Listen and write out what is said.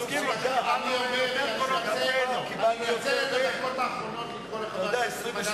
אני מנצל את הדקות האחרונות לקרוא לחבר הכנסת מגלי והבה סגן השר.